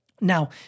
Now